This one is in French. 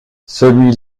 celui